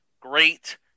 great